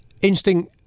interesting